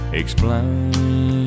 explain